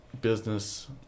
business